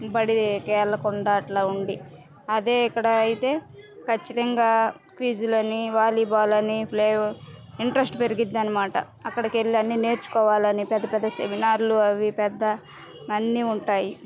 బడికి వెళ్ళకుండా అట్లా ఉండి అదే ఇక్కడ అయితే ఖచ్చితంగా క్విజ్లని వాలీబాల్ అని ప్లే ఇంట్రెస్ట్ పెరిగిద్దనమాట అక్కడకెళ్ళి అన్ని నేర్చుకోవాలని పెద్దపెద్ద సెమినార్లు అవి పెద్ద అన్ని ఉంటాయి